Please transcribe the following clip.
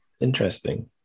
Interesting